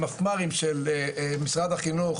המפמ"רים של משרד החינוך,